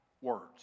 words